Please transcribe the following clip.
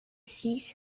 six